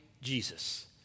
Jesus